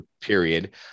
period